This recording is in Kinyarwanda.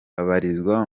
babarizwaga